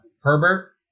Herbert